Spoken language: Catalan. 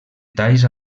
talls